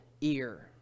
ear